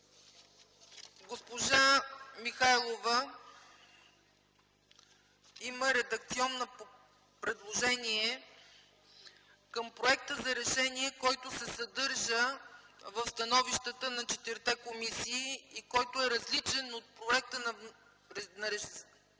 Госпожа Михайлова има редакционно предложение към проекта за решение, който се съдържа в становищата на четирите комисии и който е различен от проекта за решение от